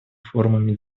формами